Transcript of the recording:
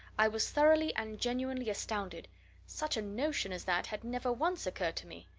i was thoroughly and genuinely astounded such a notion as that had never once occurred to me.